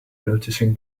noticing